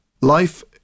Life